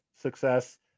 success